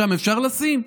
שם אפשר לשים?